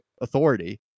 authority